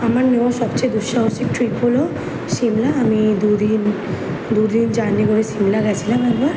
আমার নেওয়া সবচেয়ে দুঃসাহসিক ট্রিপ হল শিমলা আমি দু দিন দু দিন জার্নি করে শিমলা গিয়েছিলাম একবার